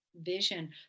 vision